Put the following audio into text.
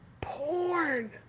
Porn